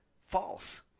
False